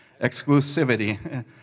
Exclusivity